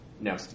No